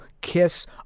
Kiss